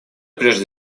прежде